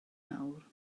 nawr